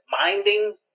Minding